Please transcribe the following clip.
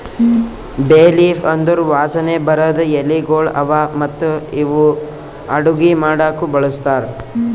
ಬೇ ಲೀಫ್ ಅಂದುರ್ ವಾಸನೆ ಬರದ್ ಎಲಿಗೊಳ್ ಅವಾ ಮತ್ತ ಇವು ಅಡುಗಿ ಮಾಡಾಕು ಬಳಸ್ತಾರ್